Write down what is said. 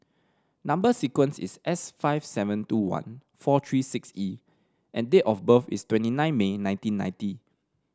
number sequence is S five seven two one four three six E and date of birth is twenty nine May nineteen ninety